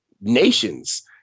nations